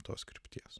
tos krypties